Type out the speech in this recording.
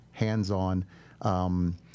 hands-on